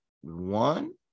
one